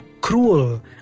cruel